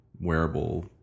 wearable